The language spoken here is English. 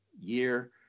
year